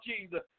Jesus